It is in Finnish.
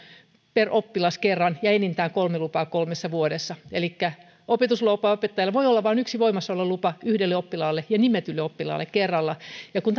per oppilas kerran ja enintään kolme lupaa kolmessa vuodessa elikkä opetuslupaopettajalla voi olla vain yksi voimassa oleva lupa yhdelle oppilaalle ja nimetylle oppilaalle kerralla ja kun